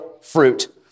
fruit